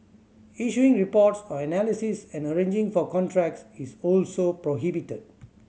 issuing reports or analysis and arranging for contracts is also prohibited